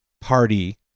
party